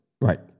Right